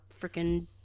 Freaking